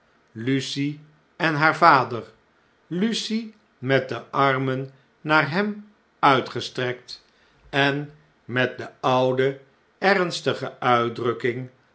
lucie en naar vader lucie met de armen naar hem uitgestrekt en met de oude ernstige uitdrukking